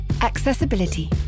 Accessibility